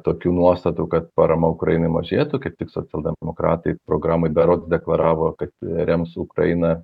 tokių nuostatų kad parama ukrainai mažėtų kaip tik socialdemokratai programoje berods deklaravo kad rems ukrainą